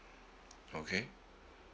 okay